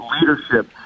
leadership